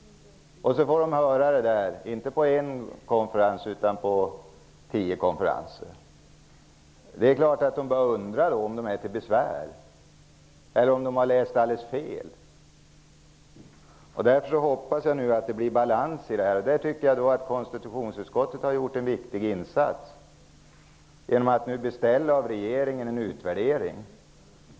Detta får man höra inte bara på en konferens, utan på tio konferenser. Det är klart att människor då börjar undra om de är till besvär, eller om de har läst alldeles fel. Jag hoppas därför att det nu blir balans, och här tycker jag att konstitutionsutskottet har gjort en viktig insats genom att av regeringen beställa en utvärdering.